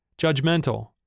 judgmental